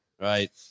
right